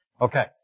Okay